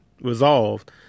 resolved